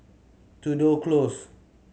Tudor Close